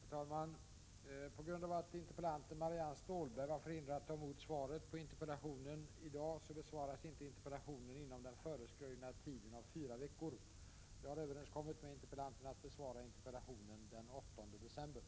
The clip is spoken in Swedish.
Fru talman! På grund av att interpellanten, Ulla Orring, var förhindrad att ta emot svaret på interpellationen i dag besvaras inte interpellationen inom den föreskrivna tiden fyra veckor. Jag har överenskommit med interpellan